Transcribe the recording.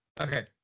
Okay